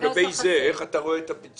לגבי זה, איך אתה רואה את הפיצול?